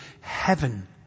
heaven